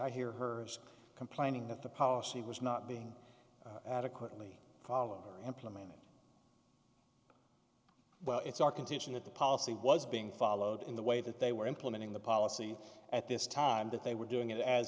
i hear her complaining that the policy was not being adequately follow or implemented well it's our contention that the policy was being followed in the way that they were implementing the policy at this time that they were doing it as